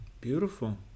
Beautiful